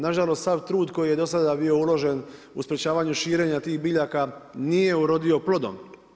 Nažalost, sav trud koji je do sada bio uložen u sprečavanju, širenja tih biljaka, nije urodio plodom.